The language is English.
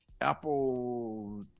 Apple